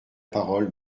parole